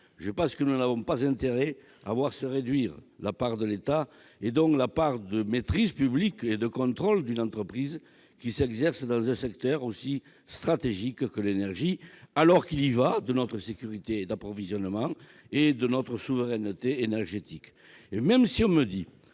apportées, nous n'avons pas intérêt à voir se réduire la part de l'État et la maîtrise publique au sein d'une entreprise exerçant dans un secteur aussi stratégique que l'énergie. Il y va de notre sécurité d'approvisionnement et de notre souveraineté énergétique